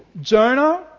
Jonah